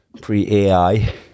Pre-AI